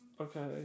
Okay